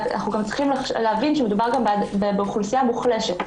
אנחנו צריכים להבין שמדובר באוכלוסייה מוחלשת.